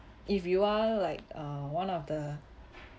if you are like uh one of the